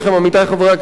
עמיתי חברי הכנסת,